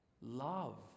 love